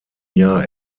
jahr